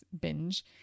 binge